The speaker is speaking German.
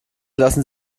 lassen